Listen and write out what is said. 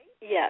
Yes